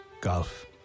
golf